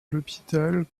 l’hôpital